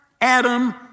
Adam